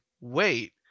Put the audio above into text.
Wait